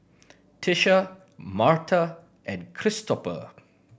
Tisha Marta and Christoper